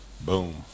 Boom